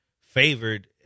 favored